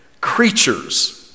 creatures